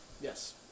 Yes